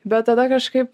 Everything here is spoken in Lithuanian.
bet tada kažkaip